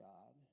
God